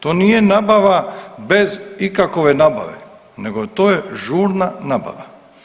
To nije nabava bez ikakove nabave nego to je žurna nabava.